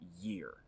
year